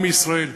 עם ישראל,